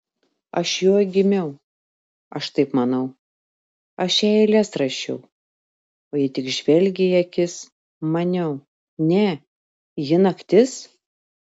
aš joj gimiau aš taip manau aš jai eiles rašiau o ji tik žvelgė į akis maniau ne ji naktis